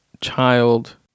child